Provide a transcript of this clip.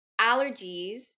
allergies